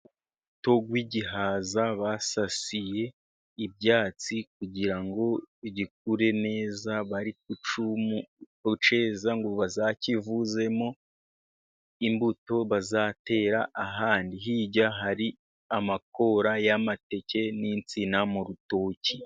Urubuto rw'igihaza basasiye ibyatsi kugira ngo gikure neza, bari ku cyeza ngo bazakivuzemo imbuto bazatera ahandi. Hirya hari amakora y'amateke, n'insina mu rutoki.